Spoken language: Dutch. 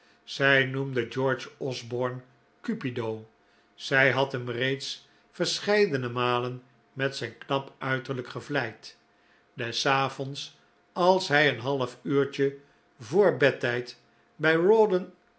zij noemde george osborne cupido zij had hem reeds verscheidene malen met zijn knap uiterlijk gevleid des avonds als hij een half uurtje voor bedtijd bij